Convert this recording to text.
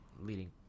leading